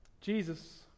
Jesus